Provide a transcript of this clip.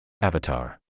Avatar